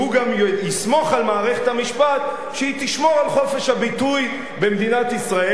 שהוא גם יסמוך על מערכת המשפט שהיא תשמור על חופש הביטוי במדינת ישראל.